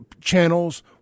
channels